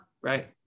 right